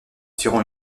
tirant